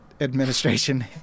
Administration